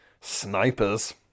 snipers